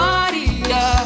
Maria